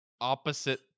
opposite